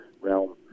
realm